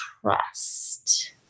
trust